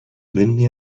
windy